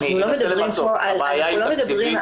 אנחנו לא מדברים על העלות --- הבעיה היא תקציבית?